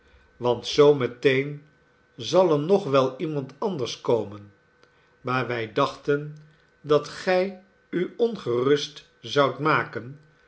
want zoo meteen zal er nog wel iemand anders komen maar wij dachten dat gij u ongerust zoudt maken